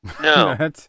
No